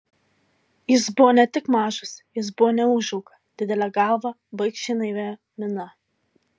jis buvo ne tik mažas jis buvo neūžauga didele galva baikščiai naivia mina